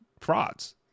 frauds